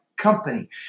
company